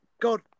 God